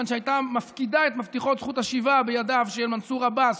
שהיא הייתה מפקידה את מפתחות זכות השיבה בידיו של מנסור עבאס,